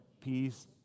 peace